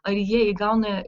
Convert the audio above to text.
ar jie įgauna